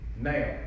Now